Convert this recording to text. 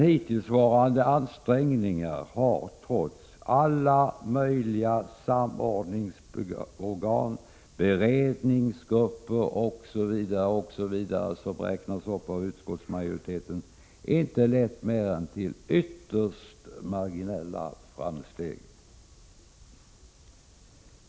Hittillsvarande ansträngningar har trots alla möjliga samordningsorgan, beredningsgrupper osv. som räknas upp av utskottsmajoriteten inte lett till mer än ytterst marginella framsteg.